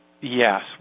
yes